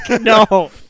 no